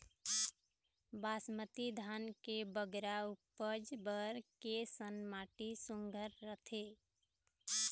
बासमती धान के बगरा उपज बर कैसन माटी सुघ्घर रथे?